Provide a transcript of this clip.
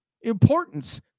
importance